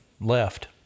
left